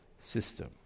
system